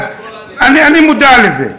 ההורים משלימים את, אני מודע לזה.